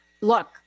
look